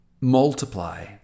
multiply